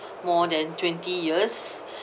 more than twenty years